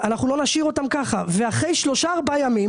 אחרי שלושה-ארבעה ימים